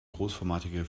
großformatige